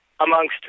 amongst